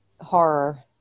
horror